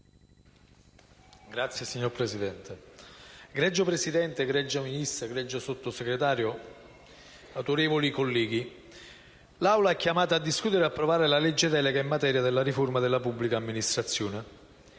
*(PD)*. Signor Presidente, egregio Ministro, egregio Sottosegretario, autorevoli colleghi, l'Aula è chiamata a discutere e ad approvare la legge delega in materia di riforma della pubblica amministrazione.